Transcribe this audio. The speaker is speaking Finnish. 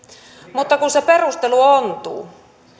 mutta kun se perustelu ontuu